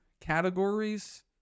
categories